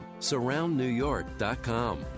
Surroundnewyork.com